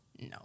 No